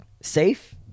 safe